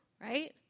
right